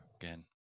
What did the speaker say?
again